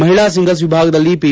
ಮಹಿಳಾ ಸಿಂಗಲ್ಬ್ ವಿಭಾಗದಲ್ಲಿ ಪಿ